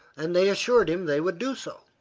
and they assured him they would do so.